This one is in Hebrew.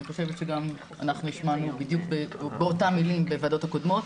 אני חושבת שגם אנחנו השמענו באותן מילים בוועדות הקודמות.